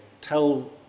tell